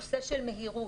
נושא של מהירות,